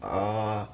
orh